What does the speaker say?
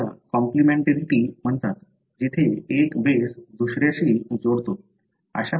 ज्याला कॉम्प्लिमेंटरीटी म्हणतात तिथे एक बेस दुसऱ्याशी जोडतो